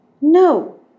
No